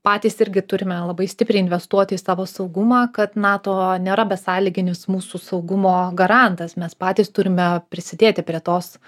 patys irgi turime labai stipriai investuoti į savo saugumą kad nato nėra besąlyginis mūsų saugumo garantas mes patys turime prisidėti prie tos